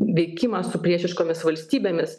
veikimą su priešiškomis valstybėmis